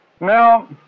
Now